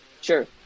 sure